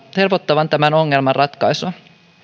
helpottavan tämän ongelman ratkaisua